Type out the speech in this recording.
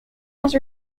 was